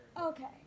Okay